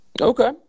Okay